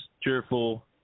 cheerful